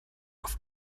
auf